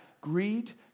greed